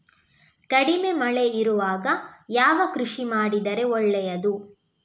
ಕಡಿಮೆ ಮಳೆ ಇರುವಾಗ ಯಾವ ಕೃಷಿ ಮಾಡಿದರೆ ಒಳ್ಳೆಯದು?